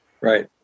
Right